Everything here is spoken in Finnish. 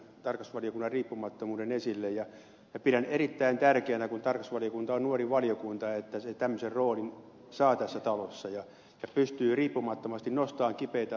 tarkastusvaliokunnan riippumattomuuden ja pidän erittäin tärkeänä että kun tarkastusvaliokunta on nuori valiokunta se tämmöisen roolin saa tässä talossa ja pystyy riippumattomasti nostamaan kipeitä asioita käsittelyyn